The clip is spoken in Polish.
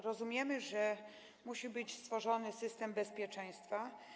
Rozumiemy, że musi być stworzony system bezpieczeństwa.